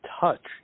touch